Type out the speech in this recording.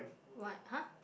what !huh!